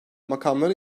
makamları